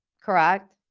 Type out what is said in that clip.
correct